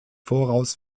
voraus